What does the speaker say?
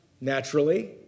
Naturally